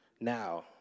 now